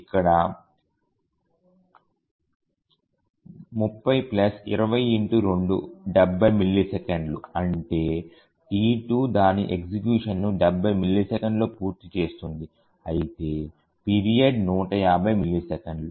ఇక్కడ 3020∗270 మిల్లీసెకన్లు అంటే T2 దాని ఎగ్జిక్యూషన్ ను 70 మిల్లీసెకన్లలో పూర్తి చేస్తుంది అయితే పీరియడ్ 150 మిల్లీసెకన్లు